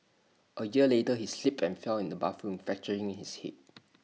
A year later he slipped and fell in the bathroom fracturing his hip